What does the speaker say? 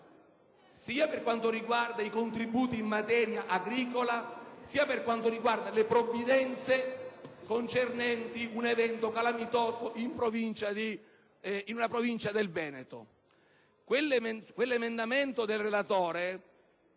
sia per quanto riguarda i contributi in ambito agricolo, sia per le provvidenze concernenti un evento calamitoso in una Provincia del Veneto.